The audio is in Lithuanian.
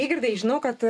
eigirdai žinau kad